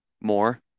more